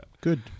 good